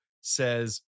says